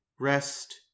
rest